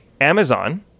amazon